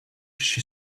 she